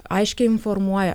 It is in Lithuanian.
aiškiai informuoja